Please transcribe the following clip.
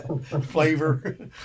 Flavor